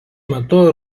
metu